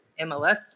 MLS